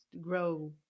grow